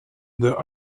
other